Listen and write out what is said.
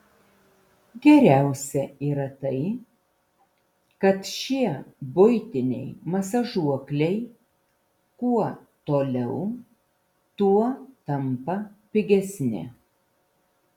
geriausia yra tai kad šie buitiniai masažuokliai kuo toliau tuo tampa pigesni